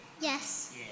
yes